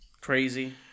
crazy